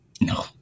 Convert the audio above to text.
No